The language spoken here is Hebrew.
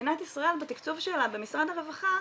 מדינת ישראל בתקצוב שלה במשרד הרווחה,